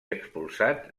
expulsat